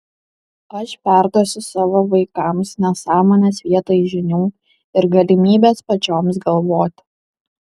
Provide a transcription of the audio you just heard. aš perduosiu savo vaikams nesąmones vietoj žinių ir galimybės pačioms galvoti